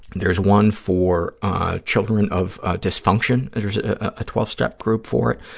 there's one for children of dysfunction, there's a twelve step group for it.